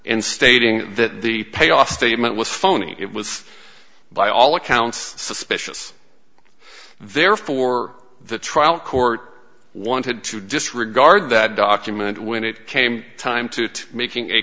in stating that the pay off statement was phony it was by all accounts suspicious therefore the trial court wanted to disregard that document when it came time to making a